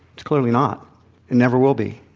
it's clearly not. it never will be.